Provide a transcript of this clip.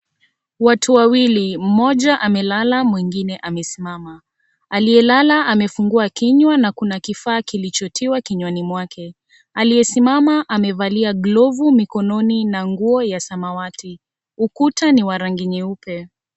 Watu wawili mmoja amelala mwingine amesimama. Aliyelala amefungua kinywa na kuna kifaa kilichotiwa kinywani mwake. Aliyesimama amevalia glovu mikononi na nguo ya samawati. Ukuta ni wa rangi nyeupe.